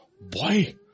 Boy